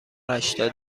هشتاد